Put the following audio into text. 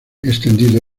extendido